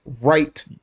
right